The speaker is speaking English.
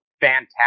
fantastic